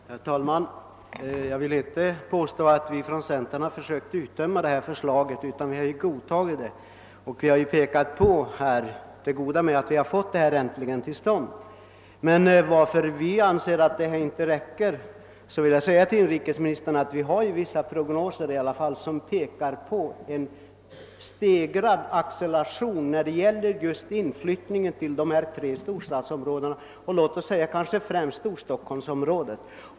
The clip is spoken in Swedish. Herr talman! Man kan inte påstå att centern försökt att utdöma det föreliggande förslaget. Vi har ju godtagit det. Vi har t.o.m. pekat på det goda med att vi äntligen har fått detta förslag till. stånd. Till inrikesministern vill jag säga att anledningen till att vi inte anser förslaget räcka är att vi dock har vissa prognoser som. pekar på stegrad acceleration när det gäller inflyttning till just de tre storstadsområdena, främst då Storstockholmsområdet.